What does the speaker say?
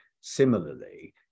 similarly